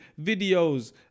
videos